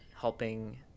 helping—